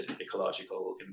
ecological